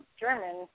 German